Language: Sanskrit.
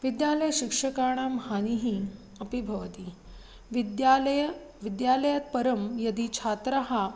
विद्यालयशिक्षकाणां हानिः अपि भवति विद्यालयं विद्यालयात् परं यदि छात्राः